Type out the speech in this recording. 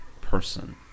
person